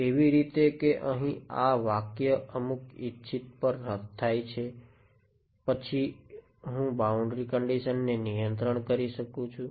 એવી રીતે કે અહીં આ વાક્યપર રદ થાય છે પછી હું બાઉન્ડ્રી કંડીશન ને નિયંત્રણ કરી શકું છું